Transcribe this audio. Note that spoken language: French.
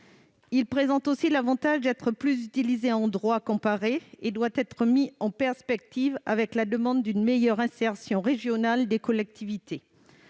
Elle présente aussi l'avantage d'être plus utilisée en droit comparé, ce qui doit être mis en perspective avec la demande d'une meilleure insertion régionale des collectivités.